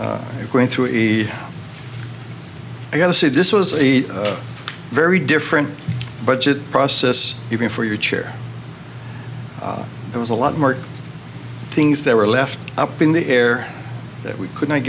going through the i gotta say this was a very different budget process even for your chair there was a lot more things that were left up in the air that we could not